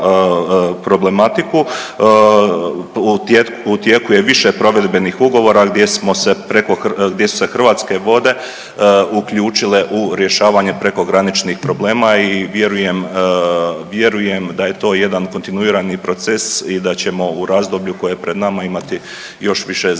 U tijeku je više provedbenih ugovora gdje smo se gdje su se Hrvatske vode uključile u rješavanje prekograničnih problema i vjerujem da je to jedan kontinuirani proces i da ćemo u razdoblju koje je pred nama imati još više zajedničkih